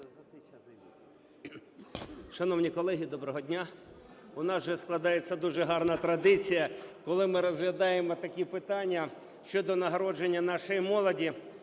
Шановні колеги, доброго дня! У нас вже складається дуже гарна традиція, коли ми розглядаємо такі питання щодо нагородження нашої молоді,